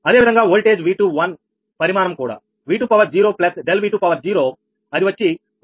అదేవిధంగా voltage V21 పరిమాణం కూడా V20 ∆V20 అది వచ్చి 1